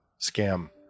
scam